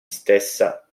stessa